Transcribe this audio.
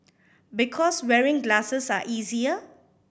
because wearing glasses are easier